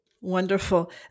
Wonderful